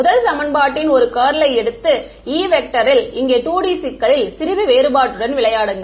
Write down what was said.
முதல் சமன்பாட்டின் ஒரு கர்லை எடுத்து E இல் இங்கே 2D சிக்கலில் சிறிது வேறுபாட்டுடன் விளையாடுங்கள்